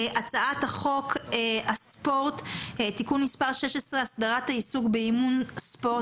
הצעת חוק הספורט (תיקון מס' 16) (הסדרת העיסוק באימון ספורט),